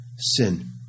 Sin